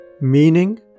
Meaning